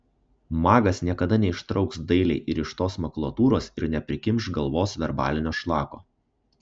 magas niekada neištrauks dailiai įrištos makulatūros ir neprikimš galvos verbalinio šlako